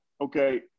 Okay